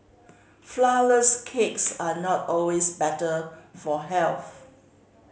flourless cakes are not always better for health